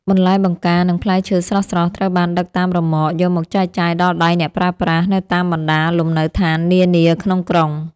បន្លែបង្ការនិងផ្លែឈើស្រស់ៗត្រូវបានដឹកតាមរ៉ឺម៉កយកមកចែកចាយដល់ដៃអ្នកប្រើប្រាស់នៅតាមបណ្ដាលំនៅឋាននានាក្នុងក្រុង។